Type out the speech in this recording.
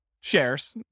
shares